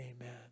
Amen